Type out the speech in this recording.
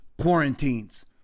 quarantines